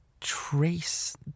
trace